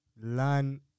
learn